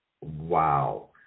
wow